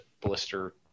blister